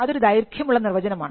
അതൊരു ദൈർഘ്യമുള്ള നിർവചനമാണ്